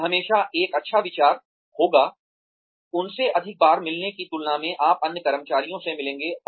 यह हमेशा एक अच्छा विचार होगा उनसे अधिक बार मिलने की तुलना में आप अन्य कर्मचारियों से मिलेंगे